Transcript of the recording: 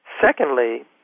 Secondly